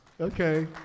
Okay